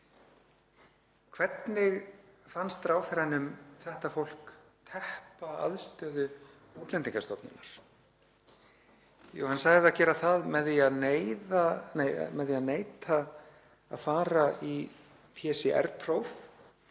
Hvernig fannst ráðherranum þetta fólk teppa aðstöðu Útlendingastofnunar? Jú, hann sagði það gera það með því að neita að fara í PCR-próf.